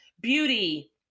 beauty